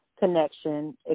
connection